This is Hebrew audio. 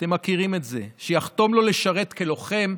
אתם מכירים את זה, שיחתום לו לשרת כלוחם,